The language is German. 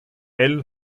elle